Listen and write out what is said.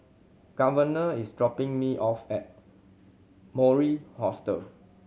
Governor is dropping me off at Mori Hostel